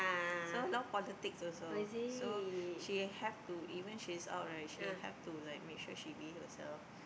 so a lot of politics also so she have to even she's out right she have to like make sure she behave herself